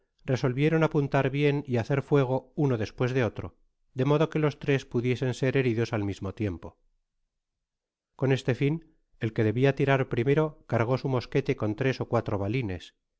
resolvieron apuntar bien y hacer fuego uno despues de otro de modo que los tres pudiesen ser heridos al mismo tiempo con este fin el que debia tirar primero cargó su mosquete con tres ó cuatro balines